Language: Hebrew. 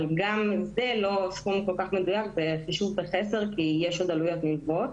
אבל גם זה סכום לא כל כך מדויק אלא חישוב בחסר כי יש עוד עלויות נלוות,